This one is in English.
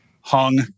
hung